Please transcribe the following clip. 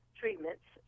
treatments